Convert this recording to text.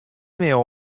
mail